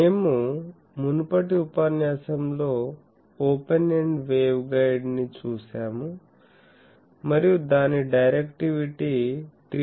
మేము మునుపటి ఉపన్యాసంలో ఓపెన్ ఎండ్ వేవ్గైడ్ ని చూశాము మరియు దాని డైరెక్టివిటీ 3